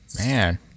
Man